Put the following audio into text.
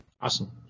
Awesome